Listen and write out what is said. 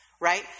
right